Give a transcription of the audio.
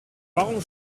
warum